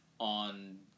On